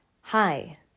Hi